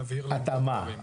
נעביר להם את הנתונים.